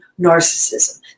narcissism